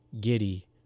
giddy